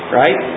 right